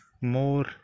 more